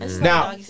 Now